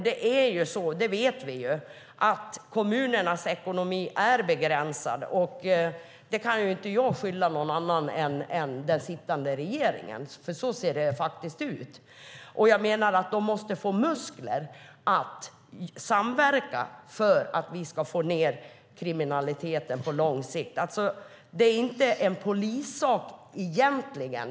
Vi vet att kommunernas ekonomi är begränsad. Det kan inte jag beskylla någon annan än den sittande regeringen för. Så ser det faktiskt ut. Jag menar att de måste få muskler att samverka för att vi ska få ned kriminaliteten på lång sikt. Det är egentligen inte en polissak.